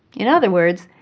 in other words,